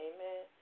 Amen